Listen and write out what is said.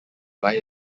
buy